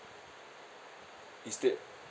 instead